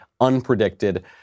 unpredicted